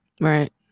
right